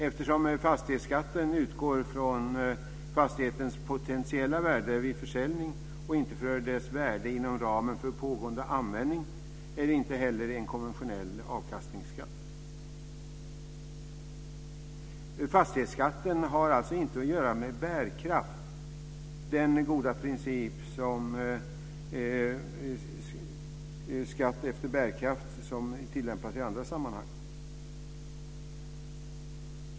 Eftersom fastighetsskatten utgår från fastighetens potentiella värde vid försäljning och inte från dess värde inom ramen för pågående användning är den inte heller en konventionell avkastningsskatt. Fastighetsskatten har inte att göra med bärkraft, den goda principen om skatt efter bärkraft som tilllämpas i andra sammanhang.